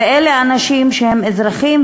ואלה אנשים שהם אזרחים,